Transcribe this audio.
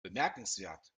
bemerkenswert